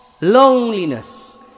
loneliness